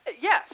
yes